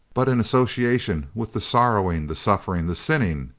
but in association with the sorrowing, the suffering, the sinning,